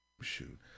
shoot